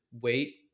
wait